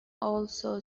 also